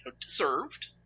deserved